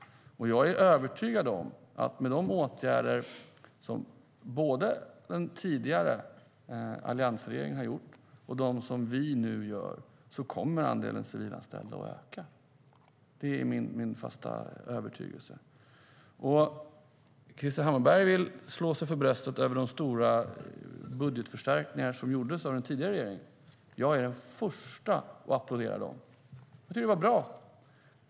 Jag är övertygad om att med de åtgärder som alliansregeringen vidtog och dem som vi nu vidtar kommer andelen civilanställda att öka. Det är min fasta övertygelse. Krister Hammarbergh slår sig för bröstet över de stora budgetförstärkningar som gjordes av den tidigare regeringen. Jag är den förste att applådera dem. De var bra.